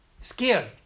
Scared